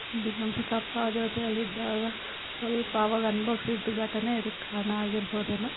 ಬಿಟ್ಟು ನಮ್ಮ ಚಿಕ್ಕಪ್ಪ ಜೊತೇಲಿದ್ದಾಗ ಸ್ವಲ್ಪಅವಾಗ ಅನುಭವಿಸಿದ್ದ್ ಘಟನೆ ಇದಕ್ಕೆ ಕಾರಣ ಆಗಿರ್ಬೋದೇನೋ